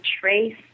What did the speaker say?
trace